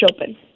open